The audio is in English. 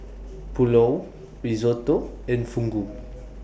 Pulao Risotto and Fugu